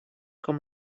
com